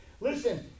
Listen